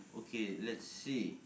okay let's see